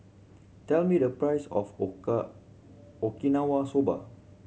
tell me the price of Okinawa Soba